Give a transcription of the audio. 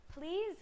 Please